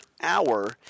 hour